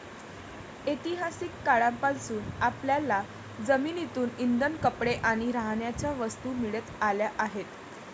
ऐतिहासिक काळापासून आपल्याला जमिनीतून इंधन, कपडे आणि राहण्याच्या वस्तू मिळत आल्या आहेत